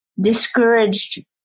discouraged